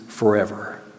forever